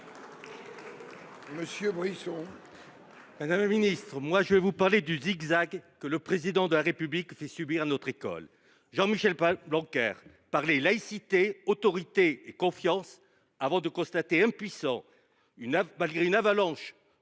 pour la réplique. Madame la ministre, drôle de zigzag que le Président de la République fait subir à notre école ! Jean Michel Blanquer parlait laïcité, autorité et confiance, avant de constater, impuissant, malgré une avalanche